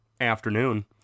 afternoon